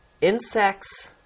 insects